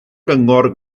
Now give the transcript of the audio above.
gyngor